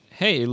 hey